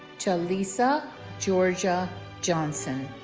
ja'leesa georgia johnson